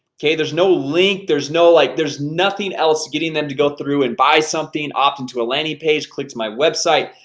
okay, there's no link there's no like there's nothing else getting them to go through and buy something and opt-in to a landing page click to my website.